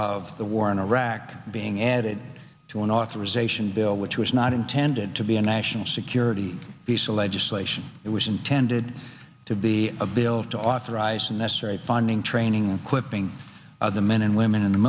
of the war in iraq being added to an authorization bill which was not intended to be a national security piece of legislation it was intended to be a bill to authorize the necessary funding training and equipping of the men and women in the